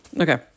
Okay